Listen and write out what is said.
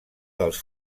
dels